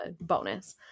bonus